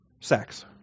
sex